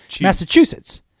Massachusetts